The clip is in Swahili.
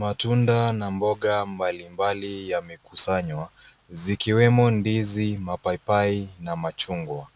Matunda na mboga mbalimbali yamekusanywa, zikiwemo ndizi, mapapai na machungwa.